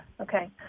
okay